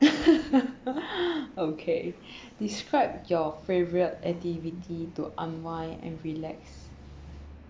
okay describe your favorite activity to unwind and relax